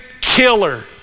killer